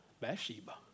Bathsheba